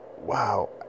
wow